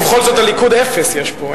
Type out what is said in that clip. ובכל זאת, הליכוד, אפס, יש פה.